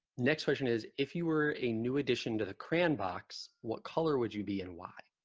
next question is if you were a new addition to the cran box what color would you be and why